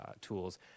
tools